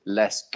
less